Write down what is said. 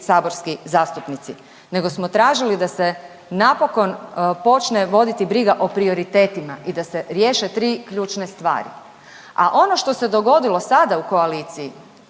saborski zastupnici. Nego smo tražili da se napokon počne voditi briga o prioritetima i da se riješe tri ključne stvari. A ono što se dogodilo sada u koaliciji